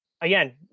again